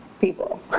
people